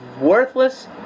worthless